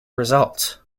result